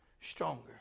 stronger